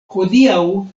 hodiaŭ